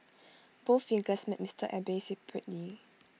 both figures met Mister Abe separately